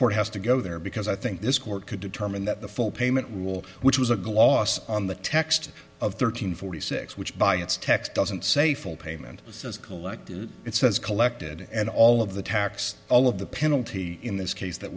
court has to go there because i think this court could determine that the full payment rule which was a gloss on the text of thirteen forty six which by its text doesn't say full payment this is collected it says collected and all of the tax all of the penalty in this case that